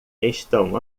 estão